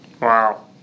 Wow